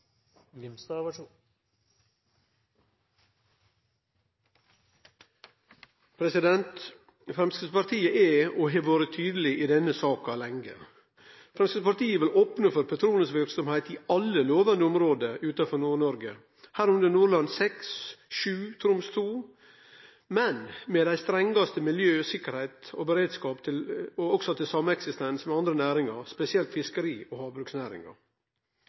og har vore tydeleg i denne saka lenge. Framstegspartiet vil opne for petroleumsverksemd i alle lovande område utanfor Nord-Noreg, også Nordland VI, Nordland VII og Troms II, men med dei strengaste krav til miljø, sikkerheit og beredskap og til sameksistens med andre næringar, spesielt fiskeri- og havbruksnæringa.